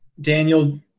Daniel